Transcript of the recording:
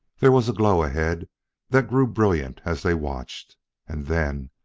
there was a glow ahead that grew brilliant as they watched and then,